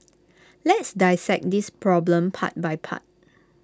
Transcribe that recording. let's dissect this problem part by part